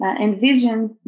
envision